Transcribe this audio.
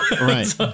right